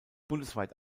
bundesweit